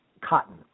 cotton